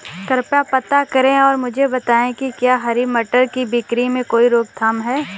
कृपया पता करें और मुझे बताएं कि क्या हरी मटर की बिक्री में कोई रोकथाम है?